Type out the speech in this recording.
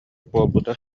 буолбута